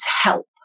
help